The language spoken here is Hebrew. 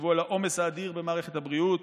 תחשבו על העומס האדיר במערכת הבריאות,